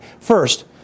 First